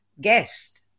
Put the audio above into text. guest